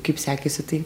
kaip sekėsi tai